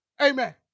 Amen